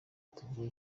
tugire